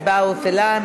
ההצבעה הופעלה.